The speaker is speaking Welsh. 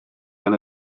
gan